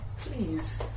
please